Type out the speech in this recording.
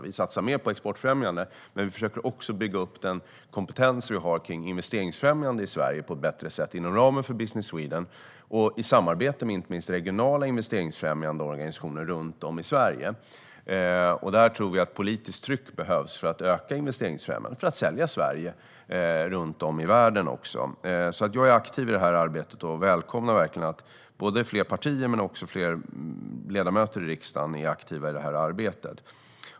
Vi satsar mer på exportfrämjandet men försöker också bygga upp den kompetens vi har när det gäller investeringsfrämjande i Sverige på ett bättre sätt inom ramen för Business Sweden och i samarbete med inte minst regionala investeringsfrämjande organisationer runt om i Sverige. Vi tror att politiskt tryck behövs för att öka investeringsfrämjandet och sälja Sverige runt om i världen. Jag är aktiv i det här arbetet och välkomnar verkligen att fler partier och fler ledamöter i riksdagen är aktiva i det här arbetet.